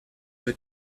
your